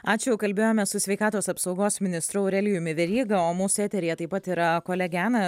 ačiū kalbėjome su sveikatos apsaugos ministru aurelijumi veryga o mūsų eteryje taip pat yra kolegė ana